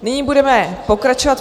Nyní budeme pokračovat.